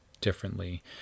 differently